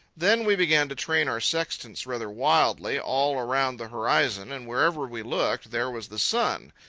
then we began to train our sextants rather wildly all around the horizon, and wherever we looked, there was the sun,